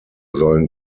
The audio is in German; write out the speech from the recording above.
sollen